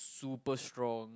super strong